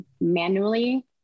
manually